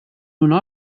una